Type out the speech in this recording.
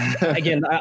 again